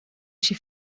się